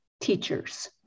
teachers